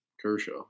Kershaw